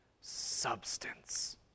substance